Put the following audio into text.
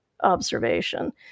observation